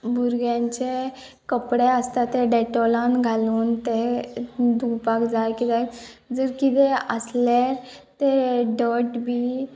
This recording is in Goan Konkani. भुरग्यांचे कपडे आसता ते डेटोलान घालून ते धुवपाक जाय किद्याक जर किदें आसलें तें डर्ट बी